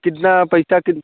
कितना पैसा कित